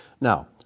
Now